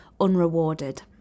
unrewarded